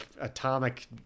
atomic